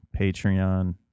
Patreon